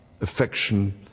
affection